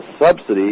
subsidy